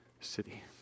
city